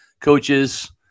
coaches –